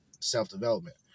self-development